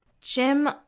Jim